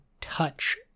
touch